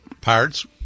Pirates